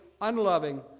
unloving